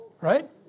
Right